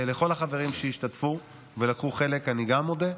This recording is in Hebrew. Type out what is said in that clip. גם לכל החברים שהשתתפו ולקחו חלק אני מודה.